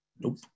Nope